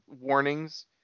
warnings